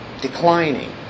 declining